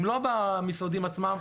אם לא במשרדים עצמם,